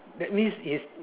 that means is